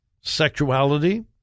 sexuality